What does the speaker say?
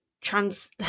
trans